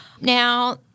Now